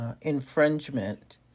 infringement